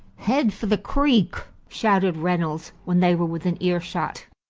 head for the creek! shouted reynolds, when they were within earshot,